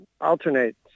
Alternate